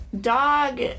dog